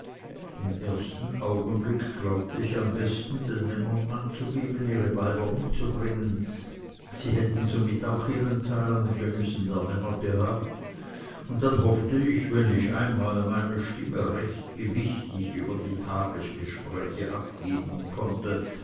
im ersten augenblick glaubte ich am besten den männern anzugeben ihre weiber mitzubringen sie hätten somit auch ihren teil an den genüssen der männer gehabt und dann hoffte ich wenn ich einmal meine stimme recht gewichtig über die tagesgespräche abgeben konnte